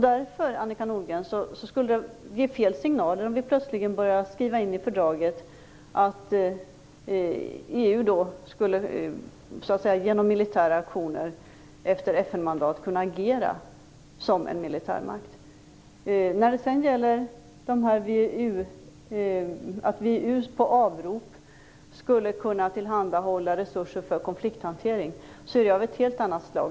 Därför, Annika Nordgren, skulle det ge fel signaler om vi plötsligt skrev in i fördraget att EU skulle kunna agera som en militärmakt genom militära aktioner efter FN-mandat. Att VEU på avrop skulle kunna tillhandahålla resurser för konflikthantering är något helt annat.